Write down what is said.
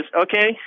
okay